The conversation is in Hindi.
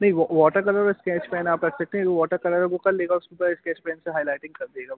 नहीं वो वॉटर कलर और इस्केच पेन आप रख सकते हैं कि वॉटर कलर वो कर लेगा उसके ऊपर इस्केच पेन से हाइलाइटिंग कर देगा वो